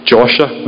Joshua